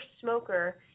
smoker